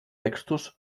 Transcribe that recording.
textos